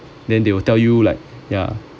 then they will tell you like ya